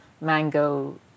mango